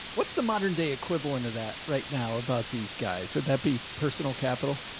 what's the modern day equivalent of that right now about these guys. would that be personal capital?